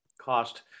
cost